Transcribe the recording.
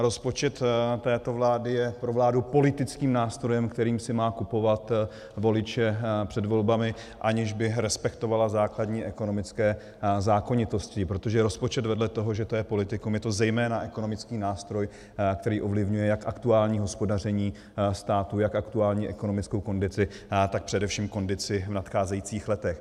Rozpočet této vlády je pro vládu politickým nástrojem, kterým si má kupovat voliče před volbami, aniž by respektovala základní ekonomické zákonitosti, protože rozpočet vedle toho, že to je politikum, je to zejména ekonomický nástroj, který ovlivňuje jak aktuální hospodaření státu, jak aktuální ekonomickou kondici, tak především kondici v nadcházejících letech.